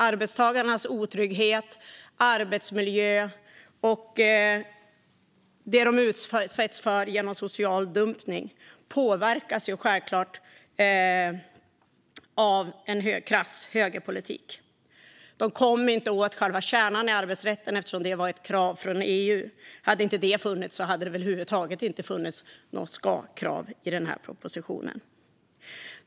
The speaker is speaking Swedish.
Arbetstagarnas otrygghet, arbetsmiljö och det som de utsätts för genom social dumpning påverkas självklart av en krass högerpolitik. Man kom inte åt själva kärnan i arbetsrätten eftersom det var ett krav från EU. Hade inte det funnits skulle det väl över huvud taget inte funnits något ska-krav i den här propositionen.